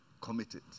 committed